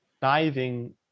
diving